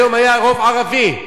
היום היה רוב ערבי.